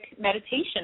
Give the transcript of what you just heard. meditation